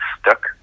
stuck